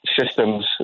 systems